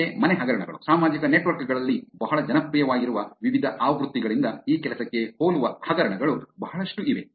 ಮತ್ತೆ ಮನೆ ಹಗರಣಗಳು ಸಾಮಾಜಿಕ ನೆಟ್ವರ್ಕ್ಗಳಲ್ಲಿ ಬಹಳ ಜನಪ್ರಿಯವಾಗಿರುವ ವಿವಿಧ ಆವೃತ್ತಿಗಳಿಂದ ಈ ಕೆಲಸಕ್ಕೆ ಹೋಲುವ ಹಗರಣಗಳು ಬಹಳಷ್ಟು ಇವೆ